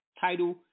Title